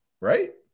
right